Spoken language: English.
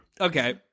Okay